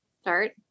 start